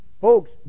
Folks